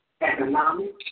economic